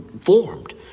formed